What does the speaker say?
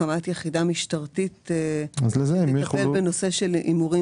הקשר קצת מרוחק, כי יש הרבה מטרות.